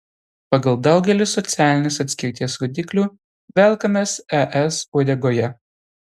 pagal daugelį socialinės atskirties rodiklių velkamės es uodegoje